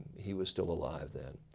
he was still alive then.